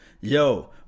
Yo